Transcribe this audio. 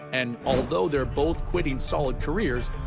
and although they're both quitting solid careers,